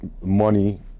money